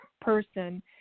person